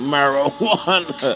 Marijuana